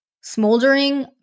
smoldering